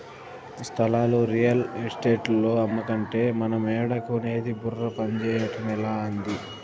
స్థలాలు రియల్ ఎస్టేటోల్లు అమ్మకంటే మనమేడ కొనేది బుర్ర పంజేయటమలా, ఏంది